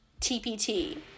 TPT